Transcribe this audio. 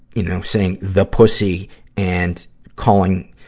you know saying the pussy and calling